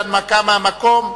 בהנמקה מהמקום,